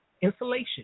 insulation